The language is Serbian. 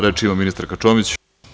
Reč ima ministarka Čomić.